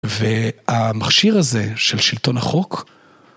והמכשיר הזה של שלטון החוק